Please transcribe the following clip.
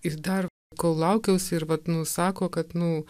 ir dar kol laukiausi ir vat nu sako kad nu